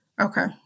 okay